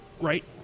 Right